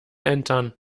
entern